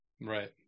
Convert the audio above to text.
Right